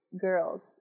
girls